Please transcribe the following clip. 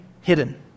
hidden